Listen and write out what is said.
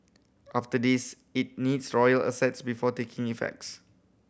after this it needs royal assents before taking effects